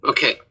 Okay